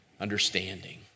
understanding